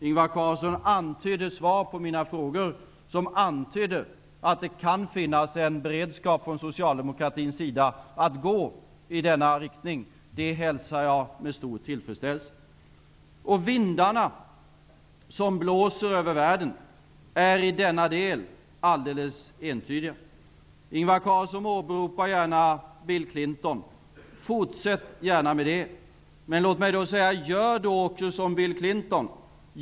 Ingvar Carlsson antydde att det kan finnas en beredskap från socialdemokratin att gå i denna riktning. Det hälsar jag med stor tillfredsställelse. De vindar som blåser över världen är i denna del alldeles entydiga. Ingvar Carlsson åberopar gärna Bill Clinton. Fortsätt gärna med det, men gör då också som Bill Clinton!